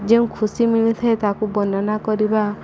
ଯେଉଁ ଖୁସି ମିଳି ଥାଏ ତାକୁ ବର୍ଣ୍ଣନା କରିବା